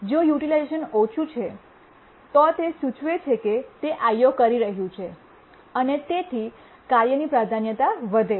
જો યુટિલાઇઝેશન ઓછુ છે તો તે સૂચવે છે કે તે IO કરી રહ્યું છે અને તેથી કાર્યની પ્રાધાન્યતા વધે છે